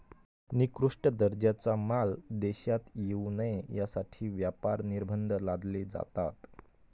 निकृष्ट दर्जाचा माल देशात येऊ नये यासाठी व्यापार निर्बंध लादले जातात